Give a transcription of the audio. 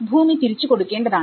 ഭൂമി തിരിച്ചു കൊടുക്കേണ്ടതാണ്